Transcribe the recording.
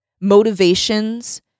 motivations